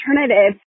alternative